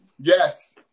yes